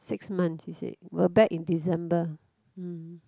six months is it will back in December hmm